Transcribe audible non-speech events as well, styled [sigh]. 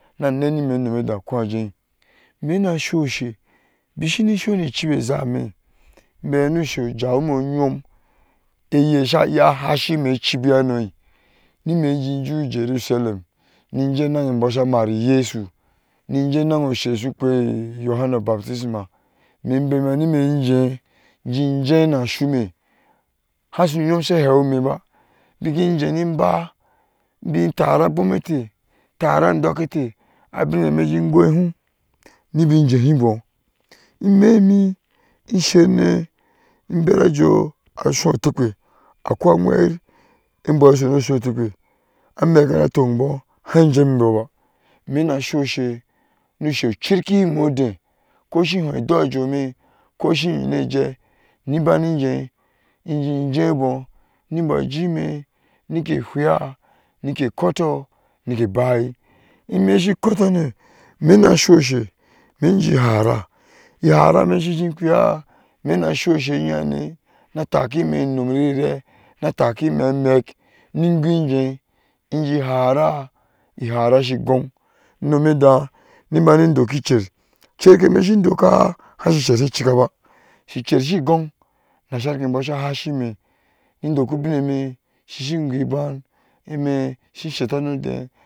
Na nenime no medah akɔjei me na suoshe bisheni soni cibi ozame bea noshe hjame uyom eye sha iya hashi me kibi hanoi ni me jiju jerusalem, ninjie nen ebɔ sha maru yesu ninye nenoshe su pwe yohanna baptisma, men bema nimenje jinje nasume asuyom sha hewimeba biki jeninba bintara bometee tara dokketee abin eme jin goi hum nibin jehibɔ, [unintelligible] aji ashuo tepwe akoi aweyir enbɔ sono suo tepwe amekhane sha tonkɔ hai jjamin bɔba mena soushe no she ukirkihime udeh ko shin hoi dojome, ko shinyi nejea ni banije inji jaabɔ ninbɔ jime nike fhya mike kɔtɔ nike bayir, hme shin kɔtɔne mena suoshe menji hara iharame shijin piya mena suashe enyye hane na takkime inom rire na takki me amak nin goijie inji hara ihara shigon nomedahn ni bani dokkicer cerkeme shindoka ashicer shi cikkaba shi cershi gon, nashar kenbɔ sha hashi me nin dokku bin eme shi shin yoiban enme shin shetta no de